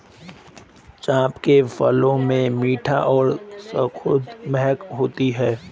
चंपा के फूलों में मीठी और सुखद महक होती है